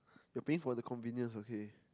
you're paying for the convenience okay